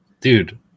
dude